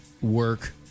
work